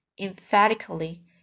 emphatically